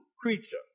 creature